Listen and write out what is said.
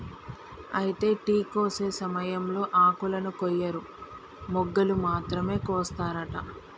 అయితే టీ కోసే సమయంలో ఆకులను కొయ్యరు మొగ్గలు మాత్రమే కోస్తారట